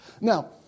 Now